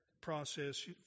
process